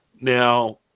Now